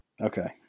Okay